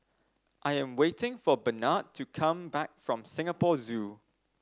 I am waiting for Barnard to come back from Singapore Zoo